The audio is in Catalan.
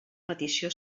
petició